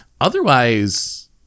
Otherwise